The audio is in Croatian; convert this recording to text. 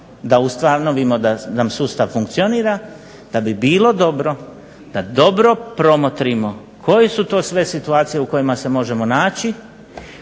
da ustanovimo dal nam sustav funkcionira da bi bilo dobro da dobro promotrimo koje su to sve situacije u kojima se možemo naći,